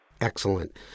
Excellent